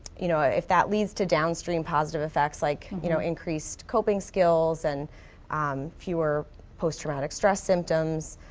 you know, if that leads to downstream positive effects. like you know increased coping skills, and um fewer post traumatic stress symptoms.